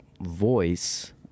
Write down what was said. voice